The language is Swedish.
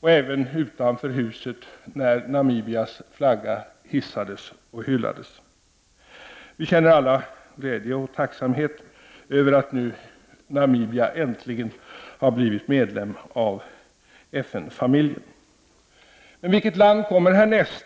och även utanför huset när Namibias flagga hissades och hyllades. Vi känner alla glädje och tacksamhet över att Namibia nu äntligen har blivit medlem i FN-familjen. Men vilket land kommer härnäst?